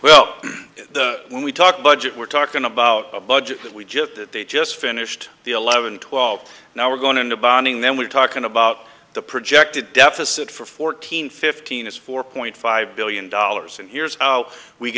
well when we talk budget we're talking about a budget that we get that they just finished the eleven twelve now we're going to bonding then we're talking about the projected deficit for fourteen fifteen is four point five billion dollars and here's how we